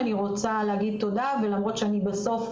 אני רוצה להגיד תודה ולמרות שאני בסוף,